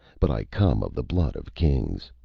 but i come of the blood of kings.